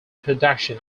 production